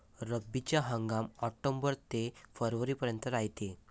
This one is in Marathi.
रब्बीचा हंगाम आक्टोबर ते फरवरीपर्यंत रायते